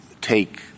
take